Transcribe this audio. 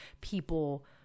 people